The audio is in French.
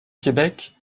québec